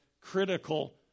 critical